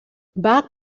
bach